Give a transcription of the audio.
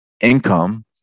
income